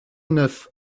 neuf